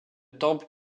temple